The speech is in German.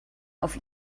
auf